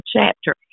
chapter